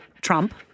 Trump